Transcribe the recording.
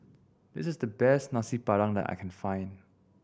this is the best Nasi Padang that I can find